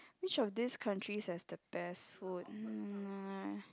which of these country has the best food mm